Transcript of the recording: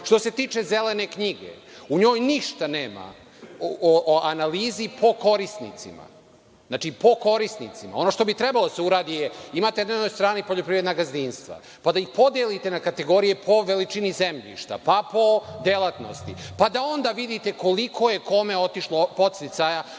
Što se tiče „zelene knjige“, u njoj ništa nema o analizi po korisnicima, znači po korisnicima. Ono što bi trebalo da se uradi je da na jednoj strani imate poljoprivredna gazdinstva, pa da ih podelite na kategorije po veličini zemljišta, pa po delatnosti, pa da onda vidite koliko je kome otišlo podsticaja,